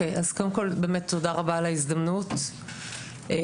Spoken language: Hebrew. שלום לכולם,